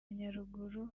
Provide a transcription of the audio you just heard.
nyaruguru